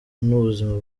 n’ubuzima